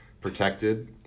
protected